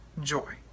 joy